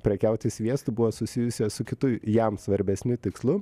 prekiauti sviestu buvo susijusios su kitu jam svarbesniu tikslu